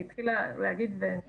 אני